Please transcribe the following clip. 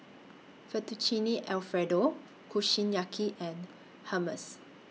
Fettuccine Alfredo Kushiyaki and Hummus